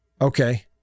okay